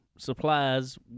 supplies